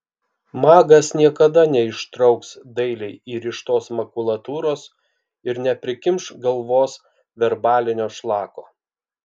magas niekada neištrauks dailiai įrištos makulatūros ir neprikimš galvos verbalinio šlako